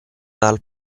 dal